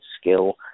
skill